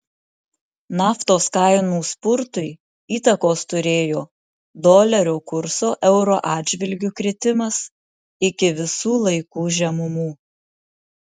naftos kainų spurtui įtakos turėjo dolerio kurso euro atžvilgiu kritimas iki visų laikų žemumų